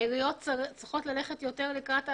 העיריות צריכות ללכת יותר לקראת העסקים.